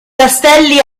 castelli